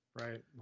right